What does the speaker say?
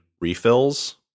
refills